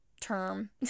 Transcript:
term